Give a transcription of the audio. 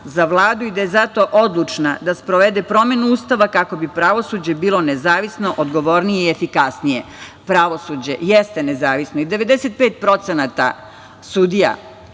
i da je zato odlučna da sprovede promenu Ustava kako bi pravosuđe bilo nezavisno, odgovornije i efikasnije. Pravosuđe jeste nezavisno i 95% sudija